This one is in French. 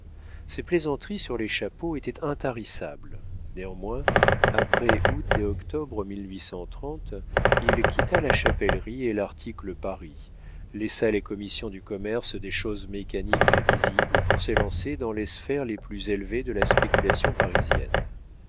ses plaisanteries sur les chapeaux étaient intarissables néanmoins après août et octobre il quitta la chapellerie et l'article paris laissa les commissions du commerce des choses mécaniques et visibles pour s'élancer dans les sphères les plus élevées de la spéculation parisienne